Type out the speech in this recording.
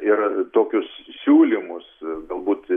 ir tokius siūlymus galbūt